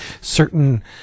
certain